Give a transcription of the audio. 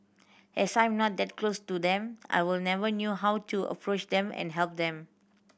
as I'm not that close to them I were never knew how to approach them and help them